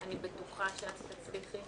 אני בטוחה שאת תצליחי,